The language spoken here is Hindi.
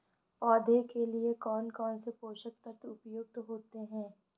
पौधे के लिए कौन कौन से पोषक तत्व उपयुक्त होते हैं?